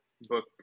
book